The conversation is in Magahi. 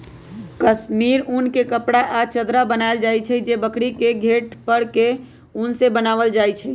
कस्मिर उन के कपड़ा आ चदरा बनायल जाइ छइ जे बकरी के घेट पर के उन से बनाएल जाइ छइ